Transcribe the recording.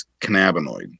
cannabinoid